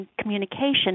communication